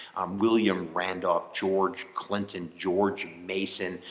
um william randolph. george clinton, george mason,